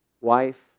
wife